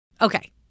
Okay